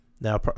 Now